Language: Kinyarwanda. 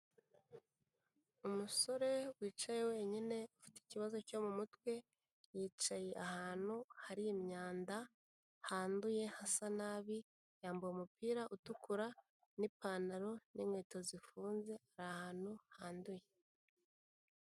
Umusore wicaye wenyine ufite ikibazo cyo mu mutwe, yicaye ahantu hari imyanda handuye hasa nabi, yambaye umupira utukura n'ipantaro n'inkweto zifunze ari ahantu handuye.